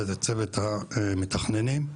וצוות המתכננים.